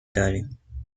داریم